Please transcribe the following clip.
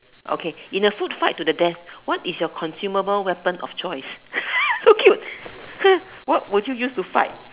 okay in a food fight to the death what is your consumable weapon of choice so cute what would you use to fight